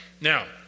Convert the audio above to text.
now